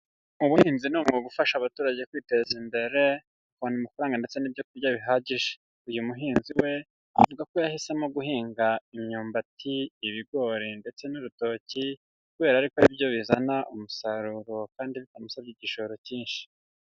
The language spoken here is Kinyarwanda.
Ubuhinzi ni umwuga ufasha abaturage kwiteza imbere bakabona amafaranga ndetse n'ibyo kurya bihagije, uyu muhinzi we avuga ko yahisemo guhinga imyumbati, ibigori ndetse n'urutoki, kubera yuko ari byo bizana umusaruro kandi bitamusabye igishoro cyinshi.